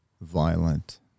violent